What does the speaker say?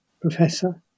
professor